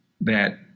that-